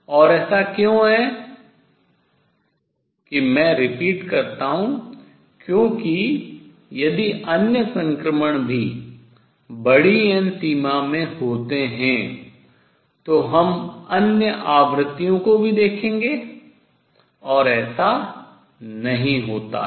और ऐसा क्यों है कि मैं repeat करता हूँ क्योंकि यदि अन्य संक्रमण भी बड़ी n सीमा में होते हैं तो हम अन्य आवृत्तियों को भी देखेंगे और ऐसा नहीं होता है